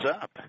up